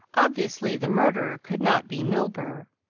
obviously the murderer could not be milburgh.